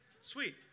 Sweet